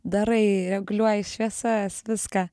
darai reguliuoji šviesas viską